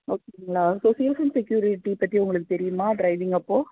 ஓகேங்களா safe and security பற்றி உங்களுக்குத் தெரியுமா ட்ரைவிங் அப்போது